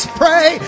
pray